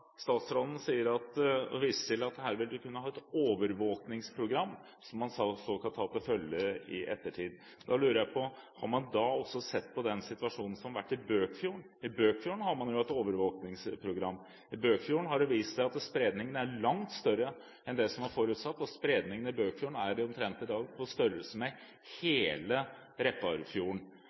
statsråden viser til at her vil man kunne ha et overvåkningsprogram, som man så skal ta til følge i ettertid, lurer jeg på om man også har sett på situasjonen som har vært i Bøkfjorden. I Bøkfjorden har man et overvåkningsprogram. I Bøkfjorden har det vist seg at spredningen er langt større enn det som var forutsatt, og spredningen i Bøkfjorden er i dag omtrent på størrelse med hele Repparfjorden.